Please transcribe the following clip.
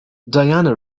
diana